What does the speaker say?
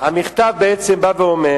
תשכיל אותנו, המכתב בעצם בא ואומר